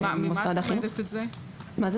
ממה את לומדת את זה?